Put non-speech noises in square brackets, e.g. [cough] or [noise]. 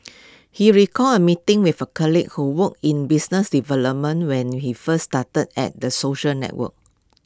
[noise] he recalls A meeting with A colleague who worked in business development when he first started at the social network